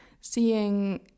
seeing